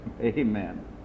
Amen